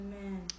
Amen